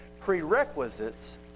prerequisites